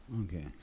Okay